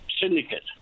syndicate